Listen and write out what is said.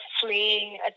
fleeing